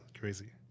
crazy